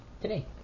today